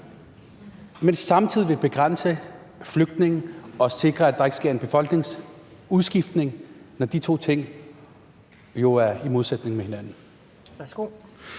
men samtidig vil begrænse antallet af flygtninge og sikre, at der ikke sker en befolkningsudskiftning, når de to ting jo er i modsætning til hinanden?